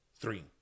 three